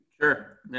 Sure